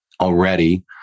already